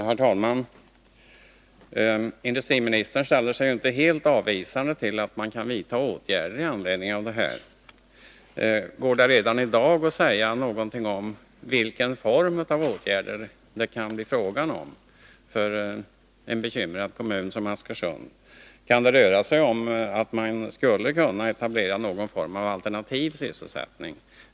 Herr talman! Industriministern ställer sig ju inte helt avvisande till att man kan vidta åtgärder med anledning av vad som inträffat. Går det att redan i dag säga någonting om vilken form av åtgärder det kan bli fråga om för en bekymrad kommun som Askersund? Kan det röra sig om att man skulle kunna etablera någon form av alternativ sysselsättning?